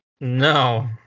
No